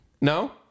No